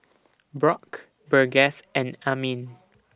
Brock Burgess and Amin